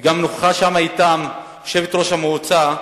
נכחה שם אתם גם ראש המועצה,